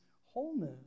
wholeness